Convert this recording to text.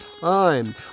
time